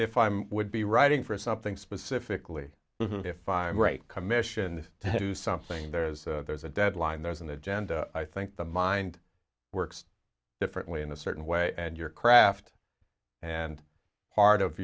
if i'm would be writing for something specifically if i'm right commissioned to do something there's there's a deadline there's an agenda i think the mind works differently in a certain way and your craft and part of